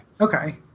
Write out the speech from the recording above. Okay